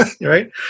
right